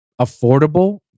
affordable